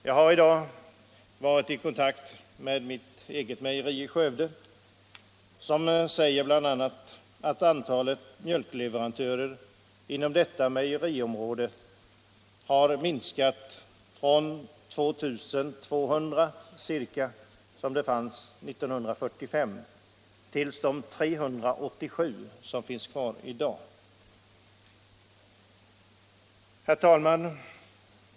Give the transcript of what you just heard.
Jag har i dag varit i förbindelse med mitt eget mejeri i Skövde, som bl.a. meddelade att antalet mjölkleverantörer inom mejeriområdet har minskat från ca 2 200 år 1945 till 387 i dag. Herr talman!